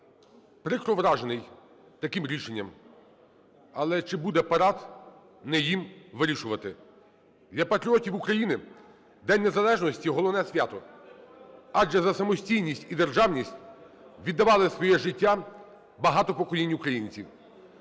Прикро вражений таким рішенням. Але чи буде парад, не їм вирішувати. Для патріотів України День незалежності – головне свято, адже за самостійність і державність віддавали своє життя багато поколінь українців.